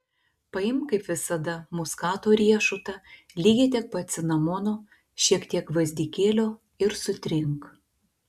paimk kaip visada muskato riešutą lygiai tiek pat cinamono šiek tiek gvazdikėlio ir sutrink